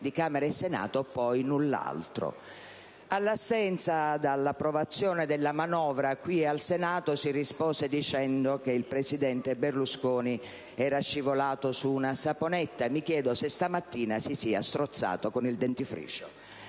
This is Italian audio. occasione dell'approvazione della manovra qui in Senato, si rispose dicendo che il presidente Berlusconi era scivolato su una saponetta; mi chiedo se stamattina si sia strozzato con il dentifricio.